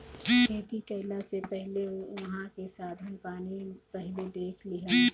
खेती कईला से पहिले उहाँ के साधन पानी पहिले देख लिहअ